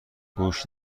گوشت